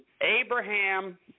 Abraham